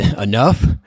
enough